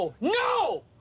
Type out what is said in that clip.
No